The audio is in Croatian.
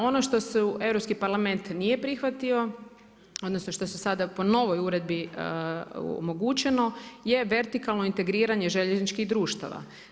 Ono što su Europski parlament nije prihvatio, odnosno što se sada po novoj uredbi omogućeno je vertikalno integriranje željezničkih društava.